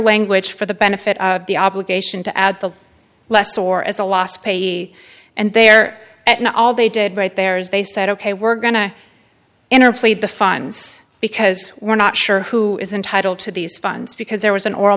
language for the benefit of the obligation to add the less or as a last page and they're at an all they did right there is they said ok we're going to enter played the funds because we're not sure who is entitled to these funds because there was an oral